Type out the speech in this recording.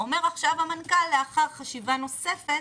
אומר עכשיו המנכ"ל, לאחר חשיבה נוספת